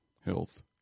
health